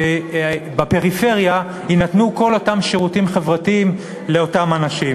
שבפריפריה יינתנו כל אותם שירותים חברתיים לאותם אנשים.